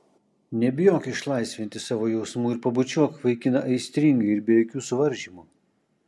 nebijok išlaisvinti savo jausmų ir pabučiuok vaikiną aistringai ir be jokių suvaržymų